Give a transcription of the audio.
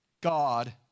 God